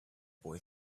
boy